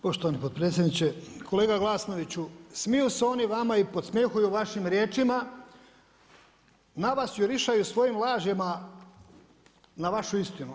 Poštovani potpredsjedniče, kolega Glasnoviću smiju se oni vama i podsmjehuju vašim riječima, na vas jurišaju svojim lažima na vašu istinu.